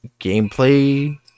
gameplay